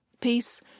Peace